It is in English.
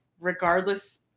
regardless